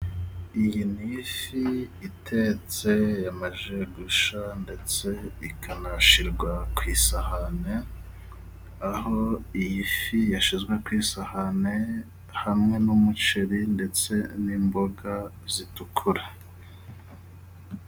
Iyi ni ifi itetse yamaze gushya ndetse ikanashyirwa ku isahani, aho iyi fi yashyizwe ku isahani hamwe n'umuceri ndetse n'imboga zitukura.